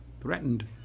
threatened